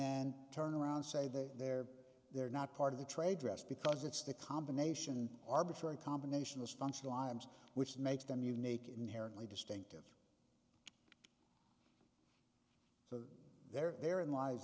then turn around and say that they're they're not part of the trade dress because it's the combination arbitrary combination as functional items which makes them unique inherently distinctive but they're there in lies